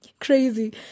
Crazy